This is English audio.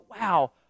wow